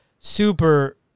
super